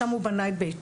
שם הוא בנה את ביתו.